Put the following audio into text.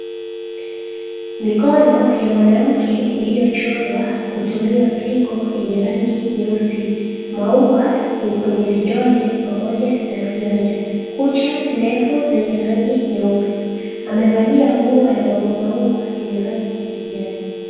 Mikono ya mwanamke iliyochorwa kutumia piko yenye rangi nyeusi , maua kwenye vidole pamoja na kucha ndefu zenye rangi nyeupe , amevalia nguo ya maua maua yenye rangi ya kijani.